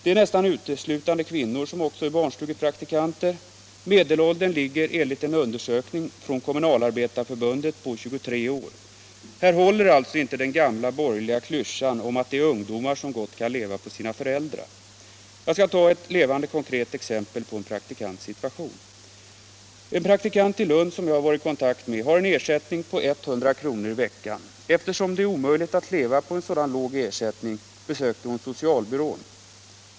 Det är nästan uteslutande kvinnor som är barnstugepraktikanter. Enligt en undersökning av Kommunalarbetareförbundet är medelåldern 23 år. Här håller alltså inte den gamla borgerliga klyschan att det är ungdomar som gott kan leva på sina föräldrar. Jag skall ta ett konkret exempel på en praktikants situation. En praktikant i Lund som jag har varit i förbindelse med har en ersättning på 100 kr. i veckan. Eftersom det är omöjligt att leva på en så låg lön besökte hon socialbyrån.